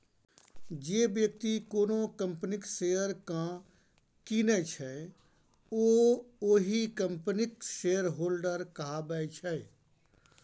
जे बेकती कोनो कंपनीक शेयर केँ कीनय छै ओ ओहि कंपनीक शेयरहोल्डर कहाबै छै